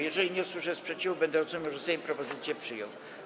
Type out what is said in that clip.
Jeżeli nie usłyszę sprzeciwu, będę rozumiał, że Sejm propozycje przyjął.